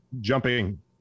jumping